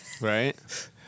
Right